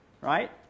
right